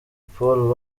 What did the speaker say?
paul